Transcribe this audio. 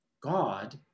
God